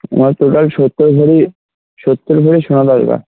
আমার টোটাল সত্তর ভরি সত্তর ভরি সোনা দরকার